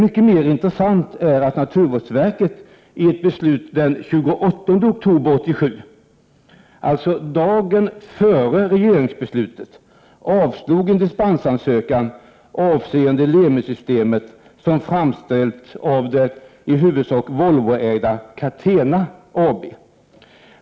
Mycket mer intressant är att naturvårdsverket i ett beslut den 28 oktober 1987 — dvs. dagen före regeringsbeslutet — avslog en dispensansökan avseende Lemi-systemet som framställts av det i huvudsak Volvoägda Catena AB.